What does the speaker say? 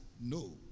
No